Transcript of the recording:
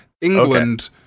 England